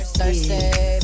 Thursday